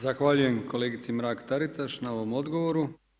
Zahvaljujem kolegici Mrak-Taritaš na ovom odgovoru.